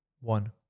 One